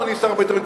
אדוני שר הביטחון,